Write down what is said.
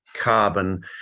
carbon